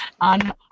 on